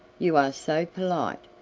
you are so polite,